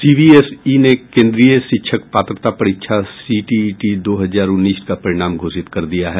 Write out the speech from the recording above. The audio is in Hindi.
सीबीएसई ने केंद्रीय शिक्षक पात्रता परीक्षा सीटीईटी दो हजार उन्नीस का परिणाम घोषित कर दिया है